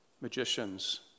magicians